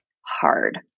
hard